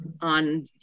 on